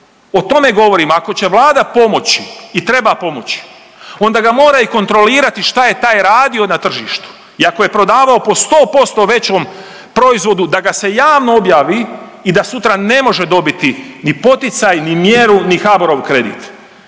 O tome govorim, ako će Vlada pomoći i treba pomoći, onda ga mora i kontrolirati šta je taj radio na tržištu i ako je prodavao po 100% većom proizvodu da ga se javno objavi i da sutra ne može dobiti ni poticaj ni mjeru ni HBOR-ov kredit.